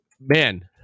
man